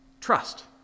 trust